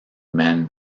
men